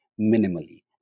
minimally